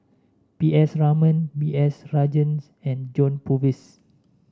P S Raman B S Rajhans and John Purvis